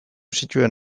zituen